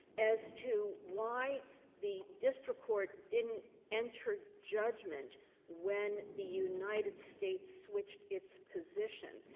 as to why the district court didn't enter judgment when the united states switched its position,